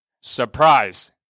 Surprise